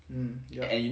um ya